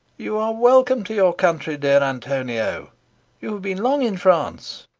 you are welcome to your country, dear antonio you have been long in france,